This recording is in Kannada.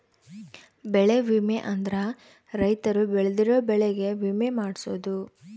ಬೆಳೆ ವಿಮೆ ಅಂದ್ರ ರೈತರು ಬೆಳ್ದಿರೋ ಬೆಳೆ ಗೆ ವಿಮೆ ಮಾಡ್ಸೊದು